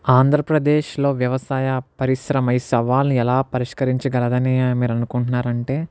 ఆంధ్రప్రదేశ్లో వ్యవసాయ పరిశ్రమ ఈ సవాళ్ళని ఎలా పరిష్కరించగలదని మీరు అనుకుంటున్నారంటే